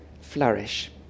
flourish